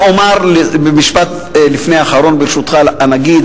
רק אומר במשפט לפני האחרון, ברשותך, על הנגיד.